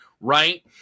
right